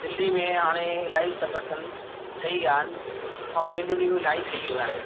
दिल्लीअ में हाणे इलाही संगठन ठही विया आहिनि ऐं यूनियनूं इलाही ठही वेई आहिनि